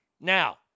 Now